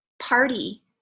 party